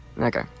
Okay